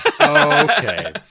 Okay